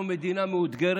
אנחנו מדינה מאותגרת,